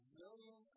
million